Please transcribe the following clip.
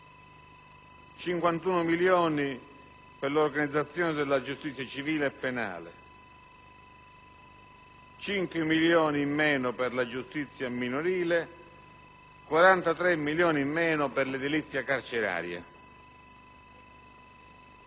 in meno per l'organizzazione della giustizia civile e penale; 5 milioni in meno per la giustizia minorile e 43 milioni in meno per l'edilizia carceraria.